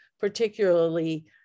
particularly